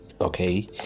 Okay